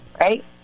right